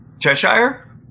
Cheshire